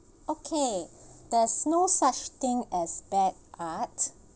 okay there's no such thing as bad art